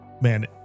man